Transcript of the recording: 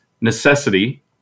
necessity